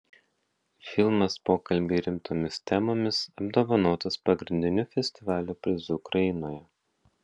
filmas pokalbiai rimtomis temomis apdovanotas pagrindiniu festivalio prizu ukrainoje